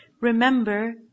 Remember